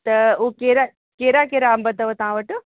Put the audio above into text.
त उहो कहिड़ा कहिड़ा कहिड़ा अंबु अथव तव्हां वटि